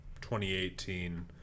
2018